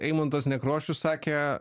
eimuntas nekrošius sakė